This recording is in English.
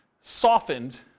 softened